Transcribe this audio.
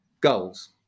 goals